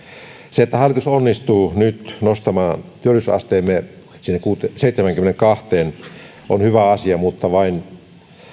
se että hallitus onnistuu nyt nostamaan työllisyysasteemme sinne seitsemäänkymmeneenkahteen on hyvä asia mutta vain